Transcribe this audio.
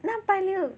那拜六